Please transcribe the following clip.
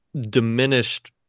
diminished